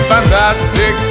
Fantastic